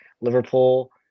Liverpool